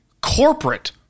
corporate